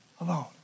alone